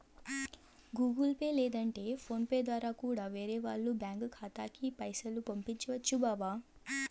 Google Pay లేదంటే PhonePe దోరా కూడా వేరే వాల్ల బ్యాంకి ఖాతాలకి పైసలు పంపొచ్చు బావా